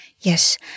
Yes